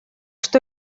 что